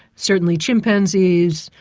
certainly chimpanzees,